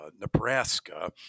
Nebraska